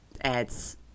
ads